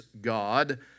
God